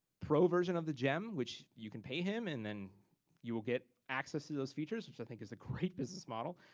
pro version of the gem, which you can pay him and then you will get access to those features, which i think is a great business model.